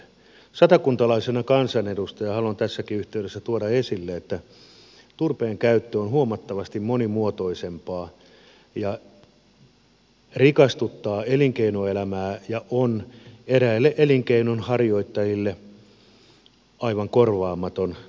satakuntalaisena kansanedustajana haluan tässäkin yhteydessä tuoda esille että turpeen käyttö on huomattavasti monimuotoisempaa ja rikastuttaa elinkeinoelämää ja on eräille elinkeinonharjoittajille aivan korvaamaton materiaali